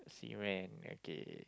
I say man right